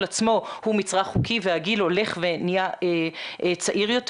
עצמו הוא מצרך חוקי והגיל הולך ונהיה צעיר יותר.